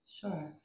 Sure